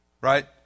right